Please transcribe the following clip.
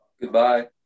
Goodbye